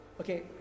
Okay